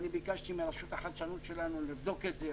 ואני ביקשתי מרשות החדשנות שלנו לבדוק את זה,